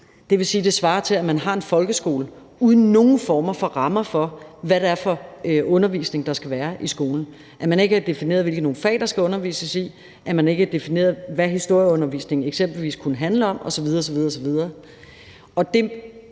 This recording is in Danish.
Det svarer til, at man har en folkeskole uden nogen former for rammer for, hvad det er for undervisning, der skal være i skolen, at man ikke har defineret, hvilke fag der skal undervises i, at man ikke har defineret, hvad historieundervisningen eksempelvis kunne handle om, osv. osv. Det